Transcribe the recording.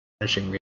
finishing